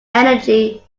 energy